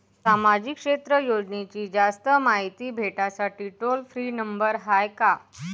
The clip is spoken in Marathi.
सामाजिक क्षेत्र योजनेची जास्त मायती भेटासाठी टोल फ्री नंबर हाय का?